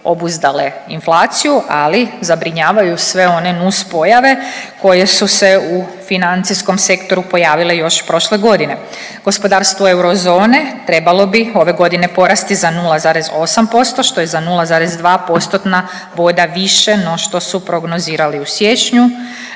obuzdale inflaciju ali zabrinjavaju sve one nus pojave koje su se u financijskom sektoru pojavile još prošle godine. Gospodarstvo euro zone trebalo bi ove godine porasti za 0,8% što je za 0,2%-tna boda više no što su prognozirali u siječnju.